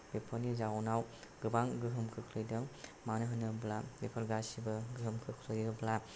बेफोरनि जाउनाव गोबां गोहोम खोख्लैदों मानो होनोब्ला बेफोर गासैबो गोहोम खोख्लैयोब्ला